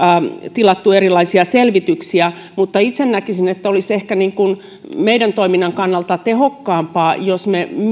tilattu erilaisia selvityksiä mutta itse näkisin että olisi ehkä meidän toimintamme kannalta tehokkaampaa jos me